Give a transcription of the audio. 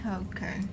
okay